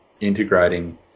integrating